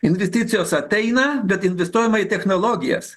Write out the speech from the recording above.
investicijos ateina bet investuojama į technologijas